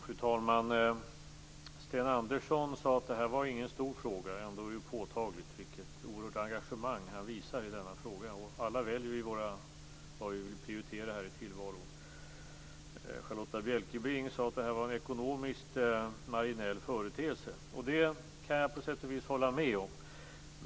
Fru talman! Sten Andersson sade att detta inte är en stor fråga. Ändå är det påtagligt vilket oerhört engagemang han visar i denna fråga. Alla väljer vi vad vi vill prioritera här i tillvaron. Charlotta Bjälkebring sade att det var en ekonomiskt marginell företeelse. Det kan jag på sätt och vis hålla med om.